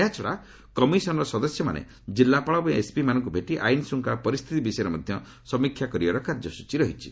ଏହାଛଡ଼ା କମିଶନର ସଦସ୍ୟମାନେ ଜିଲ୍ଲାପାଳ ଏବଂ ଏସ୍ପିମାନଙ୍କୁ ଭେଟି ଆଇନ ଶୃଙ୍ଖଳା ପରିସ୍ଥିତି ବିଷୟରେ ସମୀକ୍ଷା କରିବାର କାର୍ଯ୍ୟକ୍ରମ ରହିଛି